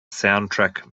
soundtrack